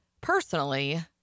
personally